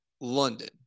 London